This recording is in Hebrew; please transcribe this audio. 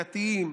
דתיים,